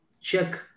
check